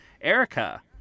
Erica